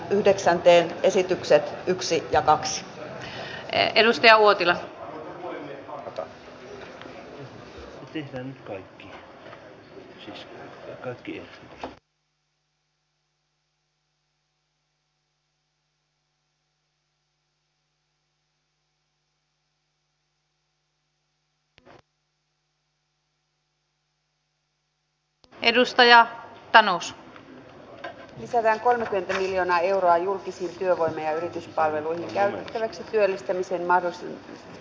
keskustelussa tehtiin seuraavat lisätalousarviota koskevat hyväksytyn menettelytavan mukaisesti keskuskansliaan kirjallisina jätetyt edustajille monistettuina ja numeroituina jaetut ehdotukset